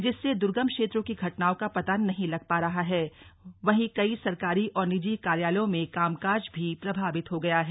जिससे दुर्गम क्षेत्रों की घटनाओं का पता नहीं लग पा रहा है वहीं कई सरकारी और निजी कार्यालयो में काम काज भी प्रभावित हो गया है